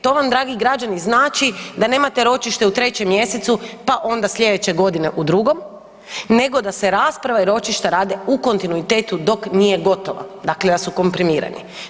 To vam dragi građani znači da nemate ročište u 3. mjesecu pa onda slijedeće godine u 2. nego da se rasprave ročišta rade u kontinuitetu dok nije gotova, dakle da su komprimirani.